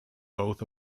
both